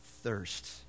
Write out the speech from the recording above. thirst